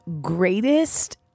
greatest